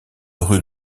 rue